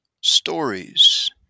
stories